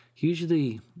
Usually